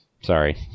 Sorry